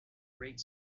great